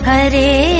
Hare